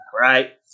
right